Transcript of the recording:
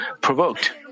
provoked